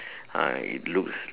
uh it looks